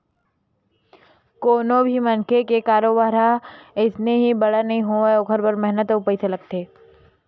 कोनो भी मनखे के कारोबार ह अइसने ही बड़का नइ होवय ओखर बर मेहनत अउ पइसा लागथे